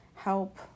help